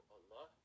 Allah